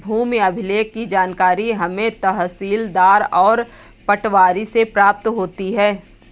भूमि अभिलेख की जानकारी हमें तहसीलदार और पटवारी से प्राप्त होती है